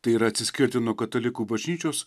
tai yra atsiskirti nuo katalikų bažnyčios